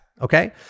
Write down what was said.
okay